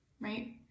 right